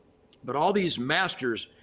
but all these masters,